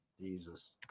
Jesus